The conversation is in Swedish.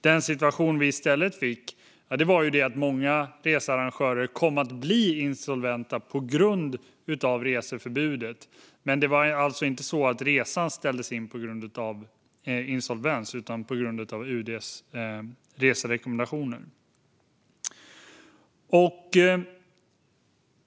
Den situation som vi i stället fick var att många researrangörer kom att bli insolventa på grund av reseförbudet. Men resan ställdes alltså inte in på grund av insolvens utan på grund av UD:s reserekommendationer.